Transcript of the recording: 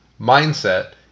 mindset